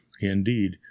Indeed